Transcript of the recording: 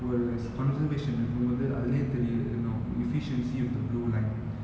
ஒரு:oru is conservation இருக்கும்போது அதுலயே தெரியுது:irukumpothu athulaye theriyuthu you know efficiency of the blue line